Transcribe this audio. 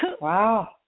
Wow